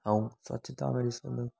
ऐं स्वच्छता में ॾिसूं त